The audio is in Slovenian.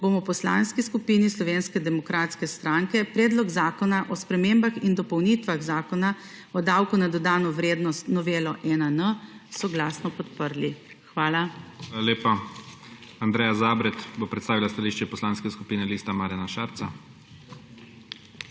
bomo v Poslanski skupini Slovenske demokratske stranke Predlog zakona o spremembah in dopolnitvah Zakona o davku na dodano vrednost, novelo 1N, soglasno podprli. Hvala. PREDSEDNIK IGOR ZORČIČ: Hvala lepa. Andreja Zabret bo predstavila stališče Poslanske skupine Lista Marjana Šarca.